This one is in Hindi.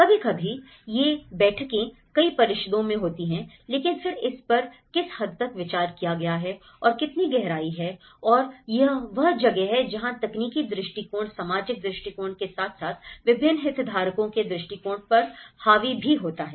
कभी कभी ये बैठकें कई परिषदों में होती हैं लेकिन फिर इस पर किस हद तक विचार किया गया है और कितनी गहराई है और यह वह जगह है जहां तकनीकी दृष्टिकोण सामाजिक दृष्टिकोण के साथ साथ विभिन्न हितधारकों के दृष्टिकोण पर हावी भी होता है